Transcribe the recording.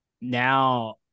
now